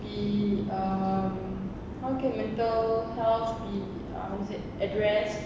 be um how can mental health be um what's that addressed